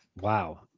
Wow